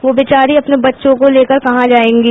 वो बेचारी अपने बच्चों को लेकर कहां जाएंगी